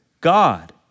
God